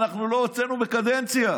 אנחנו לא הוצאנו בקדנציה,